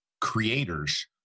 creators